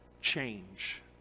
change